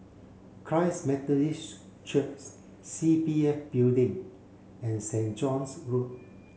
Christ Methodist Churchs C P F Building and Saint John's Road